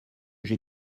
j’ai